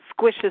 squishes